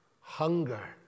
hunger